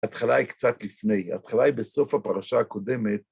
התחלה היא קצת לפני, התחלה היא בסוף הפרשה הקודמת.